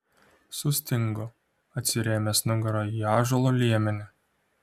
sustingo atsirėmęs nugara į ąžuolo liemenį